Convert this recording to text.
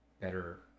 better